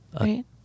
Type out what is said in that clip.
right